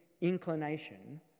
inclination